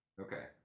Okay